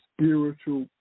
spiritual